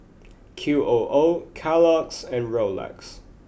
Q O O Kellogg's and Rolex